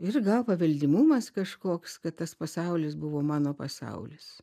ir gal paveldimumas kažkoks kad tas pasaulis buvo mano pasaulis